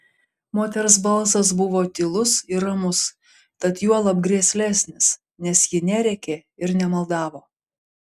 moters balsas buvo tylus ir ramus tad juolab grėslesnis nes ji nerėkė ir nemaldavo